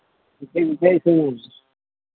ᱦᱮᱸᱛᱚ ᱚᱠᱚᱭ ᱤᱥᱤᱱᱟ